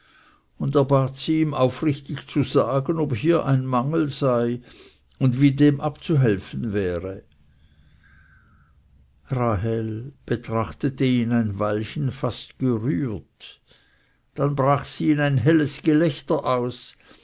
und er bat sie ihm aufrichtig zu sagen ob hier ein mangel sei und wie dem abzuhelfen wäre rahel betrachtete ihn ein weilchen fast gerührt dann brach sie in ein helles gelächter aus